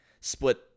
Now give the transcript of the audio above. split